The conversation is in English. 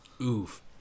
Oof